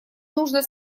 нужно